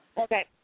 Okay